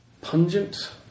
pungent